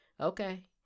Okay